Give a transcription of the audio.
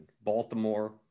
Baltimore